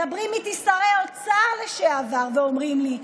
מדברים איתי שרי אוצר לשעבר ואומרים לי: